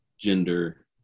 gender